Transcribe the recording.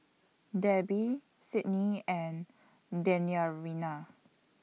Debbi Sydnee and